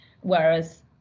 whereas